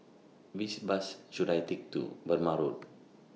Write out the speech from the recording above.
Which Bus should I Take to Burmah Road